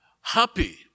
happy